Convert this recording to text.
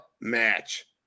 match